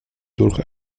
durch